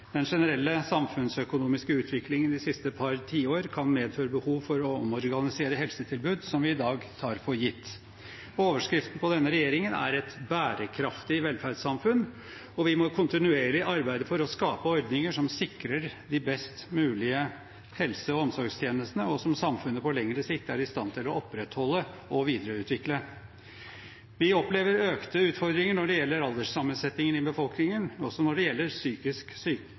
Den generelle samfunnsøkonomiske utviklingen de siste par tiårene kan medføre behov for å omorganisere helsetilbud vi i dag tar for gitt. Overskriften for denne regjeringen er «et bærekraftig velferdssamfunn», og vi må kontinuerlig arbeide for å skape ordninger som sikrer de best mulige helse- og omsorgstjenestene, og som samfunnet på lengre sikt er i stand til å opprettholde og videreutvikle. Vi opplever økte utfordringer når det gjelder alderssammensetningen i befolkningen, og også når det gjelder psykisk